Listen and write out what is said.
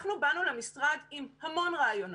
אנחנו באנו למשרד עם המון רעיונות.